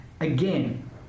again